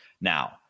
Now